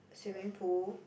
swimming pool